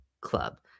club